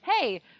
hey